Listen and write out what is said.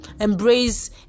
embrace